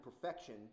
perfection